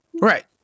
Right